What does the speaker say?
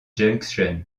junction